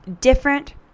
Different